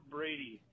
Brady